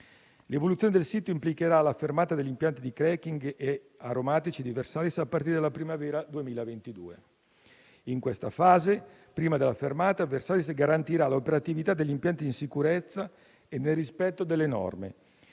L'evoluzione del sito implicherà la fermata degli impianti di *cracking* e aromatici di Versalis a partire dalla primavera 2022. In questa fase, prima della fermata, Versalis garantirà l'operatività degli impianti di sicurezza, nel rispetto delle norme,